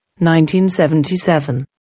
1977